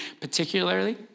particularly